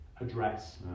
address